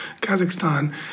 Kazakhstan